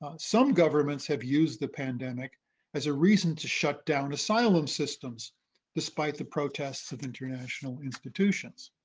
some governments have used the pandemic as a reason to shut down asylum systems despite the protests of international institutions.